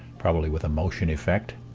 probably with a motion effect,